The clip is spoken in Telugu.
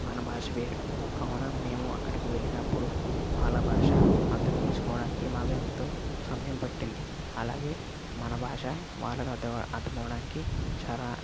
మన భాష వేరు కావున మేము అక్కడికి వెళ్ళినప్పుడు వాళ్ళ భాష అర్థం చేసుకోవడానికి మాకు ఎంతో సమయం పట్టింది అలాగే మన భాష వాళ్ళకి అర్థం అవ్వడానికి చాలా